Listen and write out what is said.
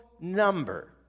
number